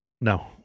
no